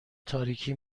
تاریکی